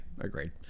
agreed